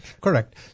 Correct